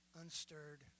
unstirred